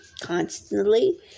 constantly